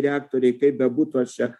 reaktoriai kaip bebūtų aš čia